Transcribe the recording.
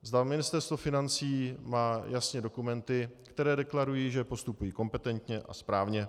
Zda Ministerstvo financí má jasně dokumenty, které deklarují, že postupují kompetentně a správně.